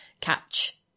catch